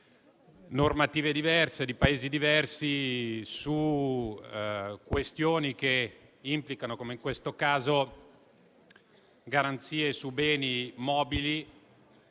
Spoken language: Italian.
normative diverse di Paesi diversi su questioni che implicano - come in questo caso - garanzie su beni mobili